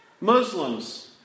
Muslims